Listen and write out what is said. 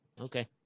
Okay